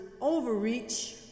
overreach